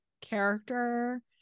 character